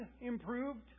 improved